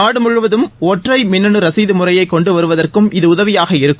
நாடுமுழுவதும் ஒற்றை மின்னனு ரசிது முறையை கொண்டுவருவதற்கும் இது உதவியாக இருக்கும்